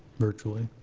virtually.